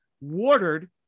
watered